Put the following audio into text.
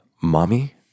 Mommy